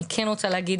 אני כן רוצה להגיד